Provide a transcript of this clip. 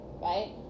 Right